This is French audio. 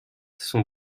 son